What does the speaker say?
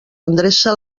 endreça